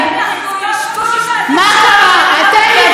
והייתם שואלים: ראי ראי שעל הקיר,